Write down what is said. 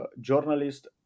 journalist